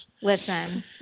Listen